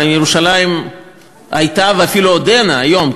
הרי ירושלים הייתה ואפילו עודנה היום,